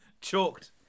Chalked